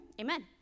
Amen